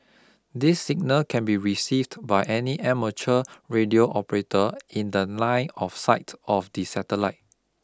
this signal can be received by any amateur radio operator in the line of sight of the satellite